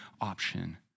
option